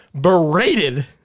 berated